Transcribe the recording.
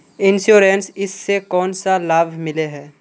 Insurance इस से कोन सा लाभ मिले है?